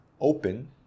open